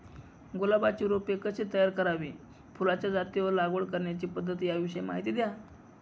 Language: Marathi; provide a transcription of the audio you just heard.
गुलाबाची रोपे कशी तयार करावी? फुलाच्या जाती व लागवड करण्याची पद्धत याविषयी माहिती द्या